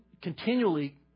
continually